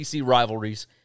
rivalries